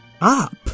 up